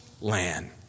land